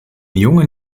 jungen